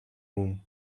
room